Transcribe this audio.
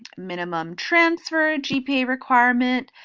minimum transfer gpa requirement,